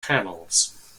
panels